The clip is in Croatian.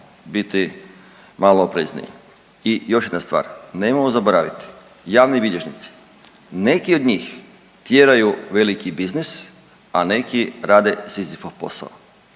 biti malo oprezniji. I još jedna stvar, nemojmo zaboraviti javni bilježnici neki od njih tjeraju veliki biznis, a neki rade Sizifov posao.